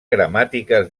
gramàtiques